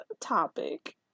topic